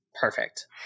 perfect